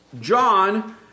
John